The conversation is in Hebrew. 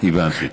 הבנתי.